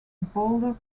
boulder